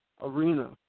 arena